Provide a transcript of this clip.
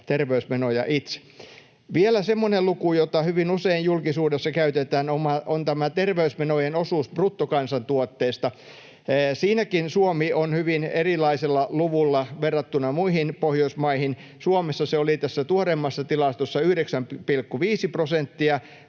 terveysmenoja itse. Vielä semmoinen luku, jota hyvin usein julkisuudessa käytetään, on tämä terveysmenojen osuus bruttokansantuotteesta. Siinäkin Suomi on hyvin erilaisella luvulla verrattuna muihin Pohjoismaihin. Suomessa se oli tässä tuoreimmassa tilastossa 9,5 prosenttia,